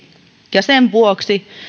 ja sen vuoksi